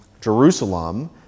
Jerusalem